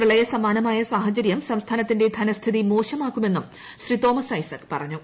പ്രളയ സമാനമായ സാഹചരൃം സംസ്ഥാനത്തിന്റെ ധനസ്ഥിതി മോശമാകുമെന്നും ശ്രീ തോമസ് ഐസക് പറഞ്ഞു